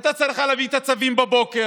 היא הייתה צריכה להביא את הצווים בבוקר